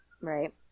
Right